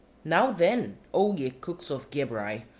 now then, o ye cooks of gebri,